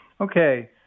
okay